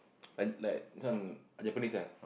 I like this one Japanese eh